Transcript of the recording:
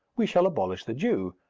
we shall abolish the jew,